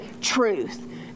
truth